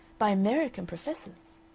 by american professors.